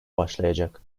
başlayacak